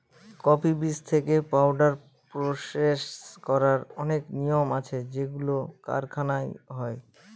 coffee বীজ থেকে powder process করার অনেক নিয়ম আছে যেগুলো কারখানায় হয়